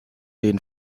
den